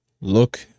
look